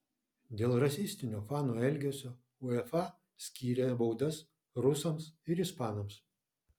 dėl rasistinio fanų elgesio uefa skyrė baudas rusams ir ispanams